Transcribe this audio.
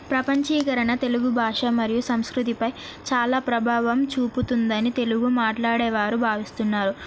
ప్రపంచీకరణ తెలుగు భాష మరియు సంస్కృతిపై చాలా ప్రభావం చూపుతుందని తెలుగు మాట్లాడేవారు భావిస్తున్నారు